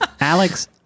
alex